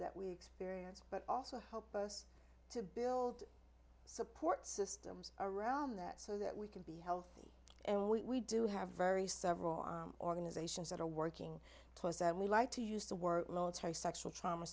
that we experience but also hope to build support systems around that so that we can be healthy and we do have very several organizations that are working we like to use the word military sexual trauma